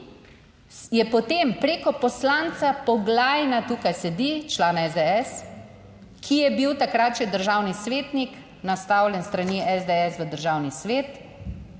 je potem preko poslanca Poglajna - tukaj sedi, član SDS -, ki je bil takrat še državni svetnik, nastavljen s strani SDS v Državni svet,